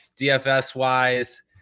DFS-wise